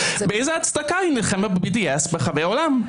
באיזו הצדקה היא נלחמה ב-BDS ברחבי העולם?